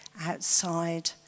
outside